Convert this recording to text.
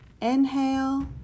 inhale